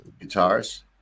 Guitars